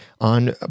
on